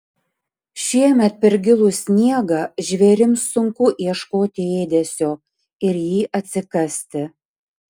šiemet per gilų sniegą žvėrims sunku ieškoti ėdesio ir jį atsikasti